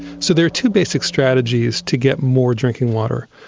so there are two basic strategies to get more drinking water.